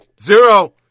Zero